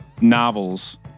novels